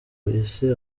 isi